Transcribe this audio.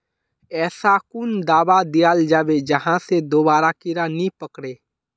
ऐसा कुन दाबा दियाल जाबे जहा से दोबारा कीड़ा नी पकड़े?